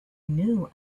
knew